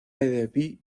début